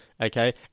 okay